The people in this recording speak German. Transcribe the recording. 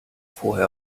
vorher